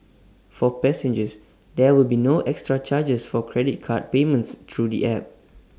for passengers there will be no extra charges for credit card payments through the app